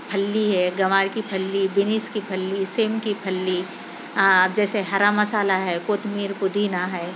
پھلی ہے گنوار کی پھلی بنس کی پھلی سیم کی پھلی جیسے ہرا مسالہ ہے قطمیر پودینہ ہے